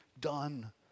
done